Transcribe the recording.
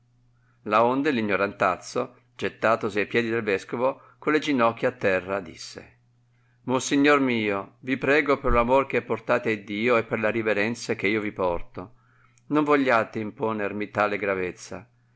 legna laonde l ignorantazzo gettatosi a piedi del vescovo con le ginocchia a terra disse monsignor mio vi prego per lo amor che portate a iddio e per la riverenzia che io vi porto non vogliate imponermi tanta gravezza